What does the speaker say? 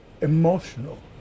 emotional